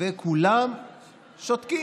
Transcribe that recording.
וכולם שותקים.